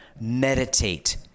meditate